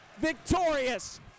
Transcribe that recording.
victorious